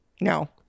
No